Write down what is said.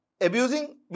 abusing